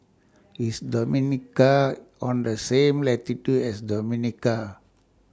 IS Dominica on The same latitude as Dominica